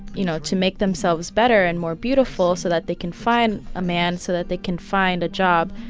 you know, to make themselves better and more beautiful so that they can find a man, so that they can find a job,